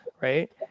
right